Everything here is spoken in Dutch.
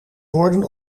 worden